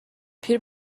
پیر